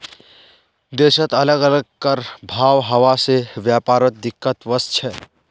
देशत अलग अलग कर भाव हवा से व्यापारत दिक्कत वस्छे